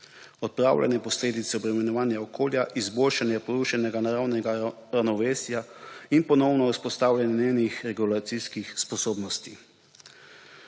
odpravljanje posledic obremenjevanja okolja, izboljšanje porušenega naravnega ravnovesja in ponovno vzpostavljanje njegovih regeneracijskih sposobnosti,